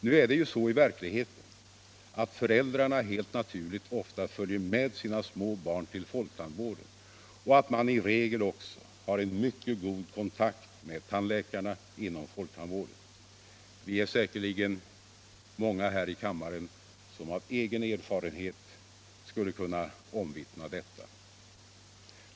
Nu är det ju så i verkligheten atvt föräldrarna helh naturligt ofta följer med sina små barn till folktandvården och att man i regel också har en mycket god kontakt med tandlikarna inom' folktandvården. Vi är sikerligen många här i kammaren som av egen erfarenhet skulle kunna omvittna detta.